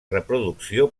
reproducció